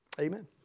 Amen